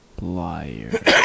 liar